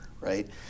right